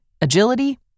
Agility